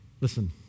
Listen